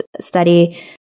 study